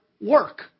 work